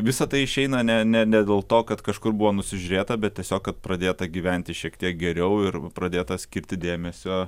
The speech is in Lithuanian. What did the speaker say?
visa tai išeina ne dėl to kad kažkur buvo nusižiūrėta bet tiesiog kad pradėta gyventi šiek tiek geriau ir pradėta skirti dėmesio